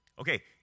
Okay